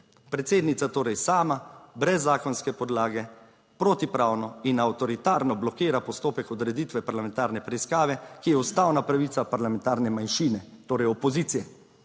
Predsednica torej sama, brez zakonske podlage, protipravno in avtoritarno blokira postopek odreditve parlamentarne preiskave, ki je ustavna pravica parlamentarne manjšine, torej opozicije.